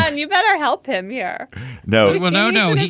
and you better help him here no, no, no. he